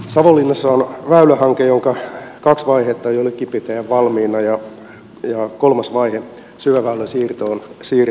savonlinnassa on väylähanke jonka kaksi vaihetta on jo likipitäen valmiina ja kolmas vaihe syväväylän siirto on siirretty tulevaisuuteen